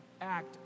Act